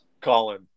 Colin